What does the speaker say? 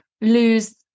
lose